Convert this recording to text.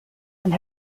and